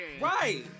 Right